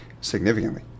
significantly